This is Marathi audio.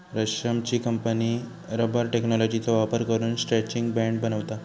रमेशची कंपनी रबर टेक्नॉलॉजीचो वापर करून स्ट्रैचिंग बँड बनवता